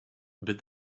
but